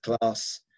class